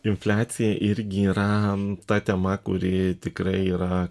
infliacija irgi yra ta tema kuri tikrai yra